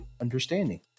understanding